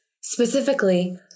Specifically